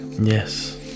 Yes